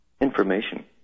information